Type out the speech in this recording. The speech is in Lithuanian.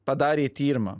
padarė tyrimą